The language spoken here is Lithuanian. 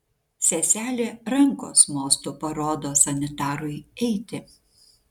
seselė rankos mostu parodo sanitarui eiti